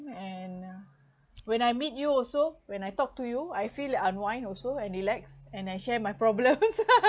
and ah when I meet you also when I talk to you I feel unwind also and relax and I share my problem